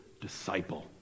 disciple